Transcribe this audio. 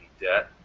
debt